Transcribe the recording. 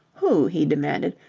who, he demanded,